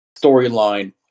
storyline